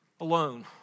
alone